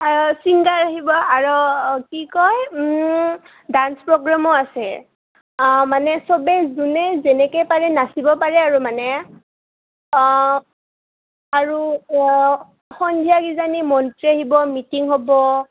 singer আহিব আৰু কি কয় ডান্স প্ৰগ্ৰোমো আছে মানে চবেই যোনে যেনেকৈ পাৰে নাচিব পাৰে আৰু মানে অঁ আৰু সন্ধিয়া কিজানী মন্ত্ৰী আহিব মিটিং হ'ব